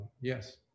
yes